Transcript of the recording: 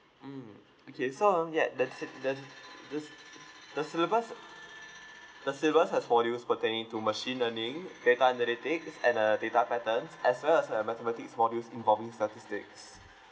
mm okay so um yeah the sy~ the the sy~ uh the syllabus uh the syllabus has four modules pertaining to machine learning data analytics and uh data patterns as well as a mathematics modules involving statistics